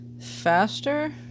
faster